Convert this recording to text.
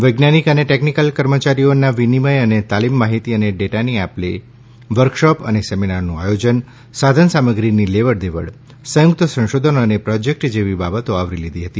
વૈજ્ઞાનિક અને ટેકનીકલ કર્મચારીઓના વિનિમય અને તાલીમ માહિતી અને ડેટાની આપ લે વર્કશોપ અને સેમિનારનું આયોજન સાધનસામગ્રીની લેવડ દેવડ સંયુક્ત સંશોધન અને પ્રોજેક્ટ્ જેવી બાબતો આવરી લીધી છે